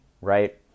right